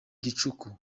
gicuku